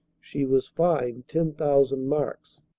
she was fined ten thousand marks.